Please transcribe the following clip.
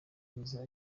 nziza